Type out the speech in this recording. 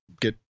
get